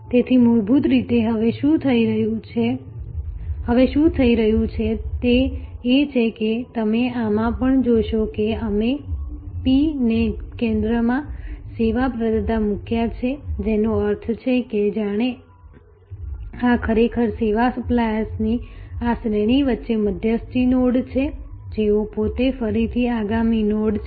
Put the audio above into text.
તેથી મૂળભૂત રીતે હવે શું થઈ રહ્યું છે તે એ છે કે તમે આમાં પણ જોશો કે અમે P ને કેન્દ્રમાં સેવા પ્રદાતા મૂક્યા છે જેનો અર્થ છે કે જાણે આ ખરેખર સેવા સપ્લાયર્સની આ શ્રેણી વચ્ચે મધ્યસ્થી નોડ છે જેઓ પોતે ફરીથી આગામી નોડ છે